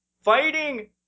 fighting